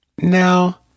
Now